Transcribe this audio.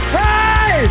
hey